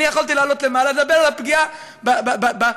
אני יכולתי לעלות ולדבר על הפגיעה במתנחלים.